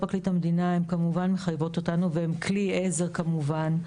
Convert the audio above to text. הן כמובן מחייבות אותנו והן כלי עזר כמובן,